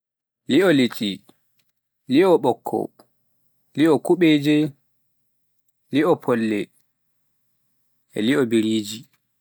li'o leddi, li'o bokko, li'o kubeeje, li'o folle, li'o biriji.